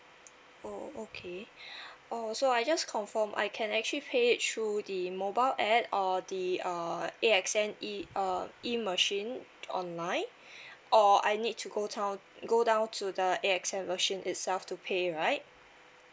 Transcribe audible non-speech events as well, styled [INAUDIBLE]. oh okay [BREATH] uh so I just confirm I can actually pay it through the mobile app or the uh A_X_S E uh E machine online or I need to go down go down to the A_X_S machine itself to pay right